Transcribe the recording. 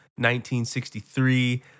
1963